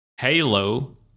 Halo